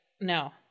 no